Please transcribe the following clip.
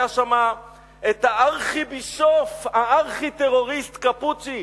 היה שם הארכיבישוף, הארכי-טרוריסט קפוצ'י,